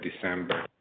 December